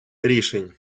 рішень